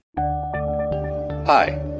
Hi